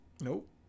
Nope